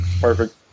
Perfect